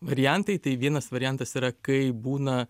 variantai tai vienas variantas yra kai būna